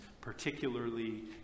particularly